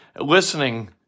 listening